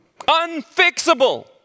unfixable